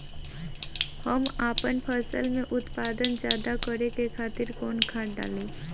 हम आपन फसल में उत्पादन ज्यदा करे खातिर कौन खाद डाली?